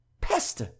Peste